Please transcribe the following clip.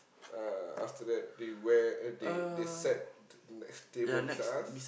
uh after that they wear they they sat next table beside us